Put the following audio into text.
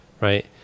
right